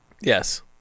Yes